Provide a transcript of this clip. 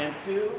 and sue,